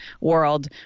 world